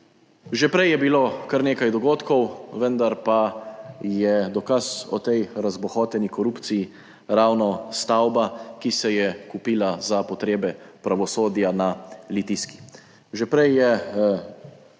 Že prej je bilo kar nekaj dogodkov, vendar pa je dokaz o tej razbohoteni korupciji ravno stavba, ki se je kupila za potrebe pravosodja, na Litijski. Že prej je